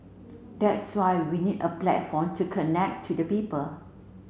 that's why we need a platform to connect to the people